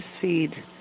feed